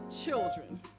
children